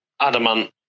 adamant